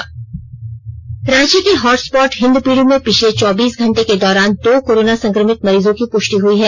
Jharkhand corona Ranchi के hot spot Hindpiri में पिछले चौबीस घंटे के दौरान दो कोरोना संक्रमित मरीजों की पुष्टि हई है